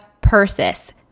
Persis